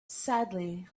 sadly